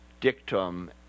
dictum